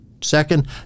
second